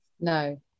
No